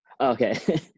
Okay